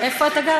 איפה אתה גר,